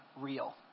real